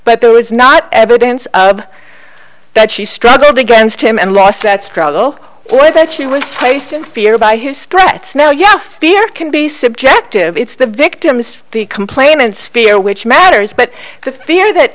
but there was not evidence of that she struggled against him and lost that struggle for that she was placed in fear by his threats now yes fear can be subjective it's the victim is the complainants fear which matters but the fear that